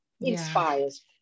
inspires